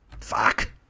Fuck